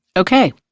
ok,